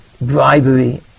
bribery